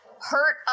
hurt